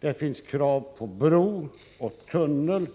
Det finns krav på bro och tunnel